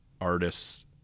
artists